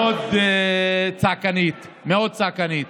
מאוד צעקנית, מאוד צעקנית.